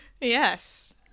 yes